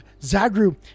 Zagru